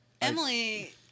Emily